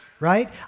Right